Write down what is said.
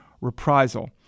reprisal